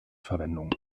verwendung